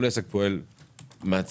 כל עסק פועל מעצמו,